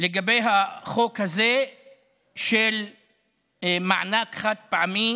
לגבי החוק הזה של מענק חד-פעמי